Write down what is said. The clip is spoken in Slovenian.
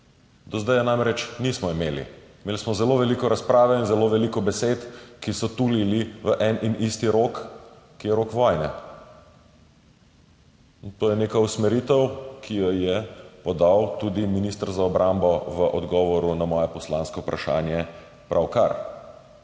Do zdaj je namreč nismo imeli. Imeli smo zelo veliko razprave in zelo veliko besed, ki so tulile v en in isti rog, ki je rog vojne. To je neka usmeritev, ki jo je pravkar podal tudi minister za obrambo v odgovoru na moje poslansko vprašanje.